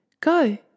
Go